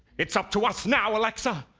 it's up to us now, alexa.